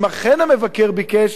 אם אכן המבקר ביקש,